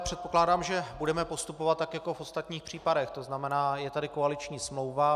Předpokládám, že budeme postupovat tak jako v ostatních případech, to znamená, je tady koaliční smlouva.